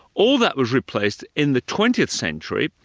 all that was replaced in the twentieth century,